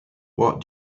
what